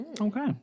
Okay